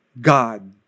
God